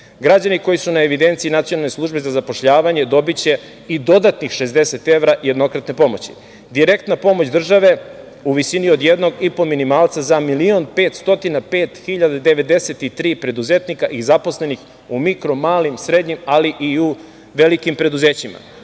građani koji su na evidenciji NSZ dobiće i dodatnih 60 evra jednokratne pomoći; direktna pomoć države u visini od 1,5 minimalca za 1.505.093 preduzetnika i zaposlenih u mikro, malim, srednjim, ali i u velikim preduzećima.